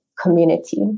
community